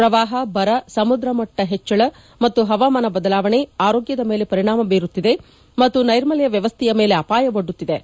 ಪ್ರವಾಹ ಬರ ಸಮುದ್ರಮಟ್ಸ ಹೆಚ್ಚಳ ಮತ್ತು ಹವಾಮಾನ ಬದಲಾವಣೆ ಆರೋಗ್ಯ ಮೇಲೆ ಪರಿಣಾಮ ಬೀರುತ್ತಿದೆ ಮತ್ತು ನೈರ್ಮಲ್ಯ ವ್ಯವಸ್ಥೆಯ ಮೇಲೆ ಅಪಾಯ ಒಡ್ಗುತ್ತಿವೆ